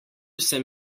sem